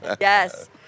Yes